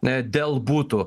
ne dėl būtų